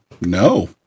No